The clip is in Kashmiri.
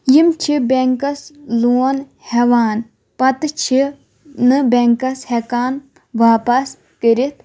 یِم چھِ بیٚنٛکَس لون ہیٚوان پَتہٕ چھِ نہٕ بیٚنٛکَس ہیٚکان واپَس کٔرِتھ